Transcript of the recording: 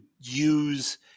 use